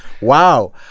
Wow